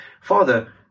Father